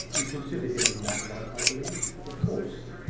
you consider him in that light, i believe? of course.